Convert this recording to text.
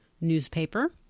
newspaper